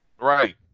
Right